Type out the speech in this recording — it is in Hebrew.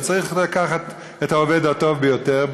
צריך לקחת את העובד הטוב ביותר,